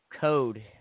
code